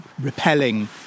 repelling